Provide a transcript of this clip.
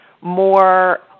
more